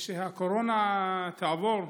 כשהקורונה תעבור,